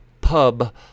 Pub